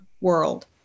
world